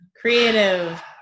Creative